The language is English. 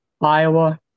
Iowa